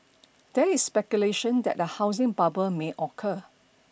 there is speculation that a housing bubble may occur